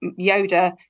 Yoda